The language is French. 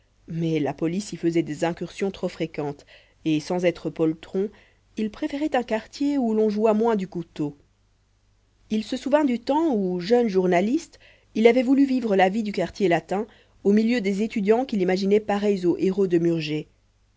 mais la police y faisait des incursions trop fréquentes et sans être poltron il préférait un quartier où l'on jouât moins du couteau il se souvint du temps où jeune journaliste il avait voulu vivre la vie du quartier latin au milieu des étudiants qu'il imaginait pareils aux héros de murger